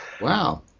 wow